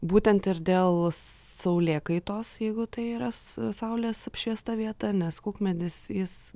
būtent ir dėl saulėkaitos jeigu tai yra saulės apšviesta vieta nes kukmedis jis